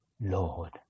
Lord